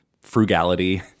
frugality